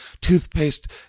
toothpaste